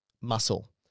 muscle